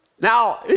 Now